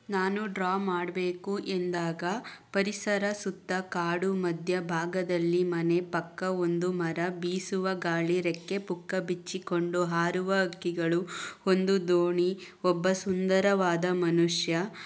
ನಾನು ಡ್ರಾ ಮಾಡಬೇಕು ಎಂದಾಗ ಪರಿಸರ ಸುತ್ತ ಕಾಡು ಮಧ್ಯಭಾಗದಲ್ಲಿ ಮನೆ ಪಕ್ಕ ಒಂದು ಮರ ಬೀಸುವ ಗಾಳಿ ರೆಕ್ಕೆ ಪುಕ್ಕ ಬಿಚ್ಚಿಕೊಂಡು ಹಾರುವ ಹಕ್ಕಿಗಳು ಒಂದು ದೋಣಿ ಒಬ್ಬ ಸುಂದರವಾದ ಮನುಷ್ಯ